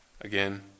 Again